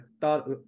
thought